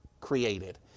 created